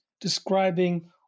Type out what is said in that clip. describing